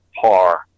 par